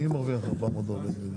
מי מרוויח 440 מיליון?